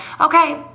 okay